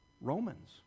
Romans